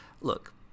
Look